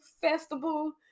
festival